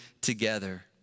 together